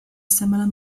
similar